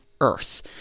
earth